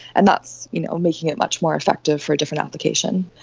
and that's you know making it much more effective for a different application.